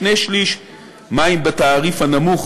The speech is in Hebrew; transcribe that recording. שני-שלישים מים בתעריף הנמוך,